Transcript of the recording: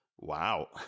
wow